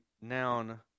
noun